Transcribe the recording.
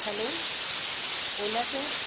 hello ola cab